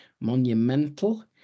Monumental